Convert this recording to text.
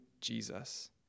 Jesus